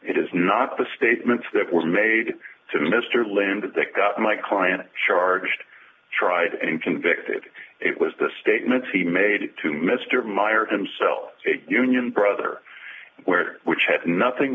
it is not the statements that were made to mr lindh that got my client charged tried and convicted it was the statements he made to mr meyer himself a union brother where which had nothing